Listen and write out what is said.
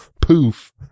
poof